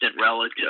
relative